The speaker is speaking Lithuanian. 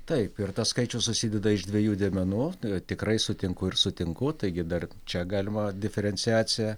taip ir tas skaičius susideda iš dviejų dėmenų tikrai sutinku ir sutinku taigi dar čia galima diferenciacija